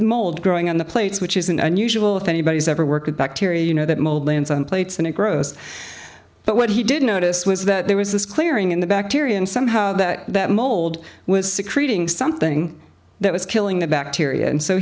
mold growing on the plates which isn't unusual if anybody's ever work with bacteria you know that mold lands on plates and it grows but what he didn't notice was that there was this clearing in the bacteria and somehow that that mold was sick creating something that was killing the bacteria and so